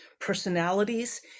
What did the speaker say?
personalities